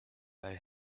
bij